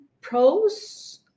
Pros